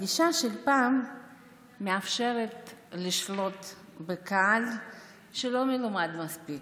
הגישה של פעם מאפשרת לשלוט בקהל שאינו מלומד מספיק.